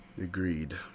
Agreed